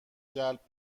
جلب